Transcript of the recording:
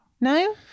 No